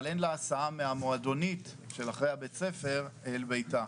אבל אין לה הסעה מהמועדונית של אחרי בית ספר אל ביתה,